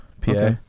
pa